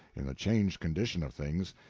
in the changed condition of things.